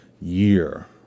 year